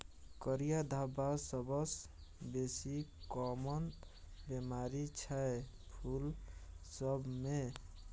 करिया धब्बा सबसँ बेसी काँमन बेमारी छै फुल सब मे